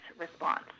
response